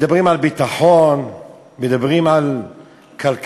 מדברים על ביטחון, מדברים על כלכלה,